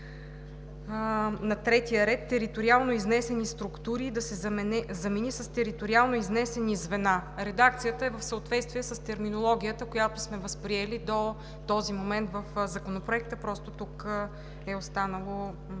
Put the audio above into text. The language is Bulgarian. на третия ред – „териториално изнесени структури“ да се замени с „териториално изнесени звена“. Редакцията е в съответствие с терминологията, която сме възприели до този момент в Законопроекта. Тук е останало